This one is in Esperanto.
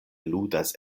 ludas